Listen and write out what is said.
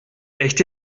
echt